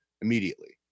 immediately